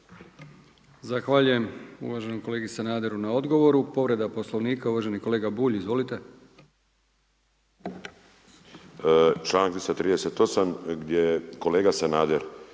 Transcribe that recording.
Zahvaljujem uvaženom kolegi Sanaderu na odgovoru. Povreda Poslovnika uvaženi kolega Bulj. Izvolite.